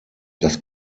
das